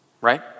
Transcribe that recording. Right